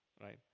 right